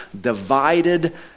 divided